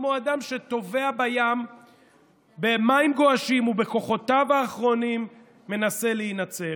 כמו אדם שטובע בים במים גועשים ובכוחותיו האחרונים מנסה להינצל.